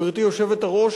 גברתי היושבת-ראש,